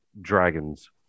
dragons